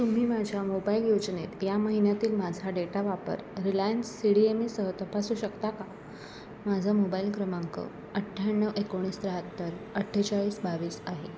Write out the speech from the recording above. तुम्ही माझ्या मोबाईल योजनेत या महिन्यातील माझा डेटा वापर रिलायन्स सी डी एम ईसह तपासू शकता का माझा मोबाईल क्रमांक अठ्ठ्याण्णव एकोणीस त्र्याहत्तर अठ्ठेचाळीस बावीस आहे